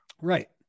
Right